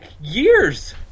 years